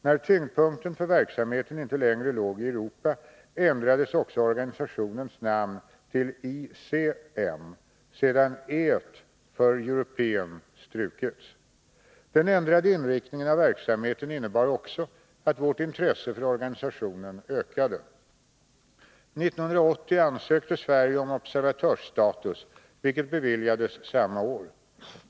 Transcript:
När tyngdpunkten för verksamheten inte längre låg i Europa ändrades också organisationens namn till ICM, sedan E:t för ”European” strukits. Den ändrade inriktningen av verksamheten innebar också att vårt intresse för organisationen ökade. 1980 ansökte Sverige om observatörsstatus, vilket beviljades samma år.